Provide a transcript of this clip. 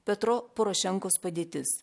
petro porošenkos padėtis